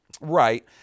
Right